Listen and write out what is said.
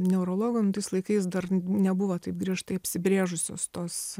neurologo nu tais laikais dar nebuvo taip griežtai apsibrėžusios tos